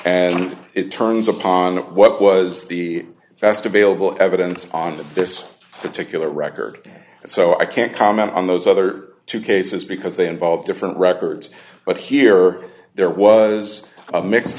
and it turns upon what was the best available evidence on the this particular record so i can't comment on those other two cases because they involve different records but here there was a mix